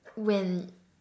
when